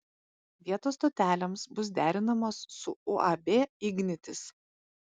vietos stotelėms bus derinamos su uab ignitis